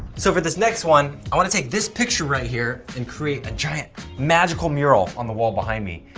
so for this next one, i wannna take this picture right here and create a giant magical mural on the wall behind me.